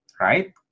right